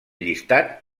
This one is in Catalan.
llistat